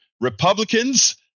Republicans